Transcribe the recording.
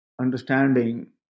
understanding